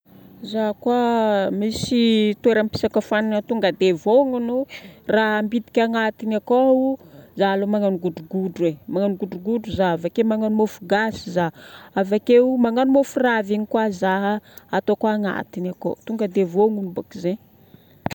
Za koa misy toeram-pisakafoagnana tonga dia vonogno, raha ambidiko agnatiny akao, za aloha magnano godrogodro e. Magnano godrogodro zaho. Vake magnano mofogasy zaho. Avakeo manao mofo raviny koa za ataoko agnatiny akao. Tonga dia vonogno boko zegny.